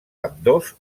ambdós